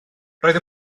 roedd